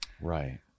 Right